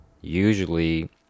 usually